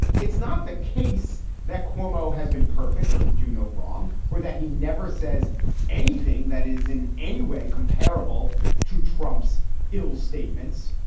it's not the case that cuomo has been perfect or can do no wrong, or that he never says anything that is in any way comparable to trump's ill statements.